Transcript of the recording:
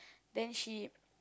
then she